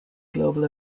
global